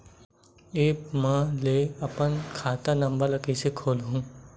App म ले अपन खाता नम्बर कइसे खोलहु?